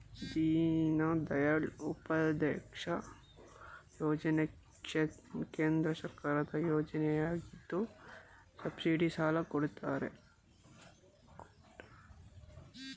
ದೀನದಯಾಳ್ ಉಪಾಧ್ಯಾಯ ಯೋಜನೆ ಕೇಂದ್ರ ಸರ್ಕಾರದ ಯೋಜನೆಯಗಿದ್ದು ಸಬ್ಸಿಡಿ ಸಾಲ ಕೊಡ್ತಾರೆ